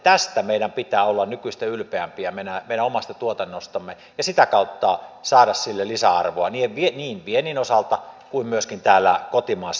tästä meidän pitää olla nykyistä ylpeämpiä meidän omasta tuotannostamme ja sitä kautta saada sille lisäarvoa niin viennin osalta kuin myöskin täällä kotimaassa